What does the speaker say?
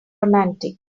romantic